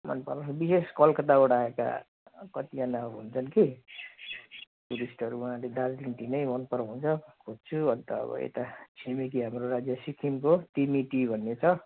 अन्त विशेष कोलकताबाट आएका कतिजना अब हुन्छन् कि टुरिस्टहरू उहाँहरूले दार्जिलिङ टी नै मन पराउनुहुन्छ खोज्छु अन्त अब यता छिमेकी हाम्रो राज्य सिक्किमको तिमी टी भन्ने छ